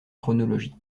chronologie